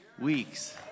weeks